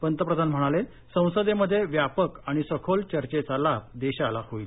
पंतप्रधान म्हणाले संसदेमध्ये व्यापक आणि सखोल चर्चेचा लाभ देशाला होईल